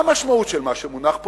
מה המשמעות של מה שמונח פה,